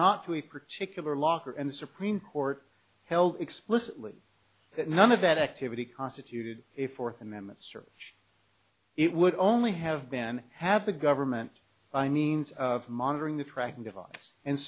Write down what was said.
not to a particular locker and the supreme court held explicitly that none of that activity constituted a fourth amendment search it would only have been have the government by means of monitoring the tracking device and